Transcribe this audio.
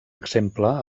exemple